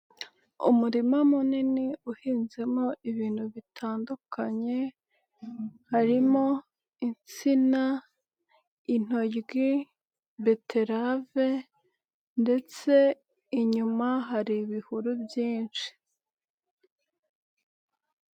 Umurima munini uhinzemo ibintu bitandukanye harimo insina, intoryi, beterave ndetse inyuma hari ibihuru byinshi.